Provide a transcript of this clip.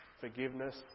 forgiveness